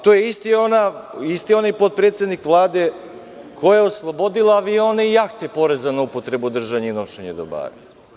To je isti onaj potpredsednik Vlade koja je oslobodila avione i jahte poreza na upotrebu, držanje i nošenje dobara.